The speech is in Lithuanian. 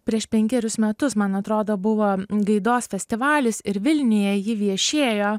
prieš penkerius metus man atrodo buvo gaidos festivalis ir vilniuje ji viešėjo